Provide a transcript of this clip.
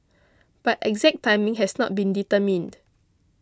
but exact timing has not been determined